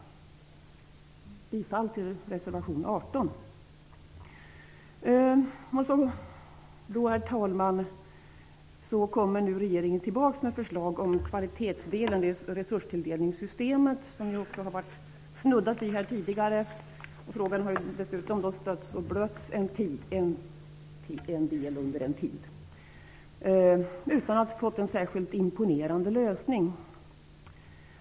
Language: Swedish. Jag yrkar bifall till reservation 18. Regeringen återkommer med förslag om en kvalitetsdel i resurstilldelningssystemet, som vi har snuddat vid tidigare. Frågan har stötts och blötts en tid utan att ha fått någon särskilt imponerande lösning.